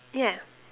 yeah